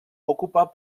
ocupat